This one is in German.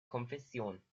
konfession